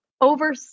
over